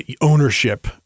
ownership